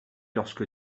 lorsque